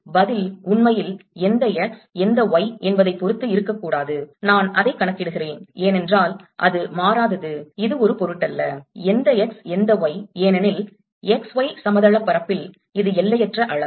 எனவே பதில் உண்மையில் எந்த x எந்த y என்பதைப் பொறுத்து இருக்கக்கூடாது நான் அதைக் கணக்கிடுகிறேன் ஏனென்றால் அது மாறாதது அது ஒரு பொருட்டல்ல எந்த x எந்த y ஏனெனில் x y சமதள பரப்பில் இது எல்லையற்ற அளவு